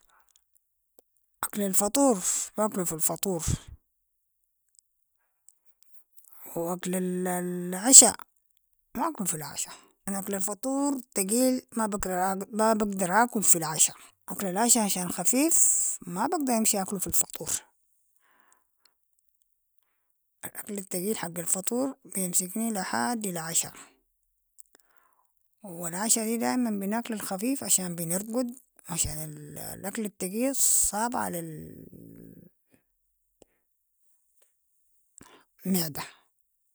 اكل الفطور باكلو في الفطور و أكل العشاء باكلو في العشاء، أكل الفطور تقيل ما- ما بقدر اكل في العشاء، أكل العشاء عشان خفيف ما بقدر امشي اكلو في الفطور، الاكل التقيل حق الفطور بيمسكني لحدي العشاء و العشاء دي دايما بناكل الخفيف عشان بنرقد عشان الاكل التقيل صعبة على المعدة.